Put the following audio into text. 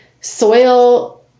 soil